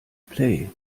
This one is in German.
play